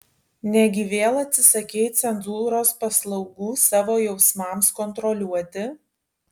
negi vėl atsisakei cenzūros paslaugų savo jausmams kontroliuoti